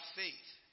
faith